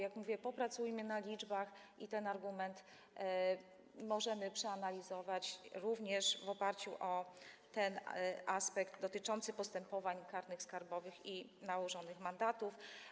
Jak mówię, popracujmy na liczbach, ten argument możemy przeanalizować również w oparciu o aspekt dotyczący postępowań karnych skarbowych i nałożonych mandatów.